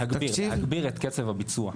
להגביל את קצב הביצוע.